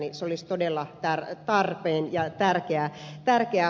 se olisi todella tarpeen ja tärkeä hanke